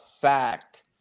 fact